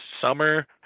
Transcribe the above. Summer